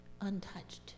untouched